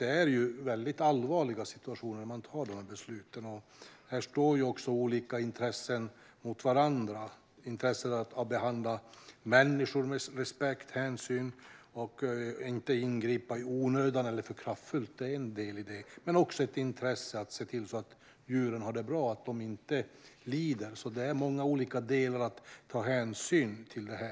Det är i mycket allvarliga situationer man fattar dessa beslut, och här står också olika intressen mot varandra. Det handlar om intresset av att behandla människor med respekt och hänsyn och att inte ingripa i onödan eller alltför kraftfullt. Det är en del i det hela. Men det handlar också om ett intresse av att se till att djuren har det bra och inte lider. Det finns många olika delar att ta hänsyn till i detta.